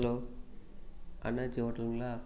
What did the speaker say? hello அண்ணாச்சி ஹோட்டலுங்களா